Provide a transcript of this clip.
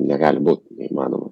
negali būt neįmanoma